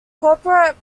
corporate